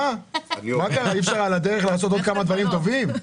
אי אפשר על הדרך לעשות עוד כמה דברים טובים?